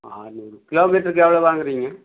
ஆற்நூறு கிலோமீட்டருக்கு எவ்வளோ வாங்குகிறீங்க